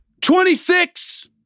26